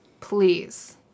Please